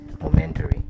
momentary